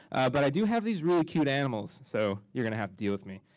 but i do have these really cute animals, so you're gonna have to deal with me.